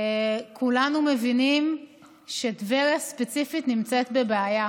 וכולנו מבינים שטבריה ספציפית נמצאת בבעיה.